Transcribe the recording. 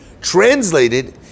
translated